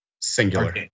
singular